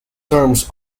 terms